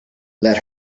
let